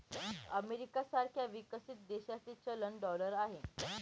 America सारख्या विकसित देशाचे चलन डॉलर आहे